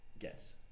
Yes